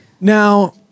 Now